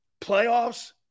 Playoffs